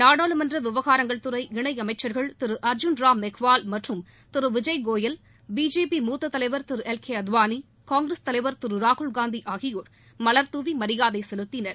நாடாளுமன்ற விவகாரங்கள்துறை இணையமைச்சர்கள் திரு அர்ஜூன் ராம் மெக்வால் மற்றும் திரு விஜய்கோயல் பிஜேபி மூத்த தலைவர் திரு எல் கே அத்வாளி காங்கிரஸ் தலைவர் திரு ராகுல்காந்தி ஆகியோர் மலர்தூவி மரியாதை செலுத்தினர்